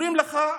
אומרים לך,